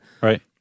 Right